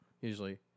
usually